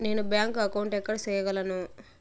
నేను bank account ఎక్కడ సేయగలను